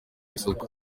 isoko